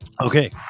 Okay